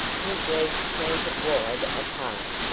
his legs planted wide apart,